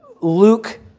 Luke